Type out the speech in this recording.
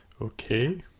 Okay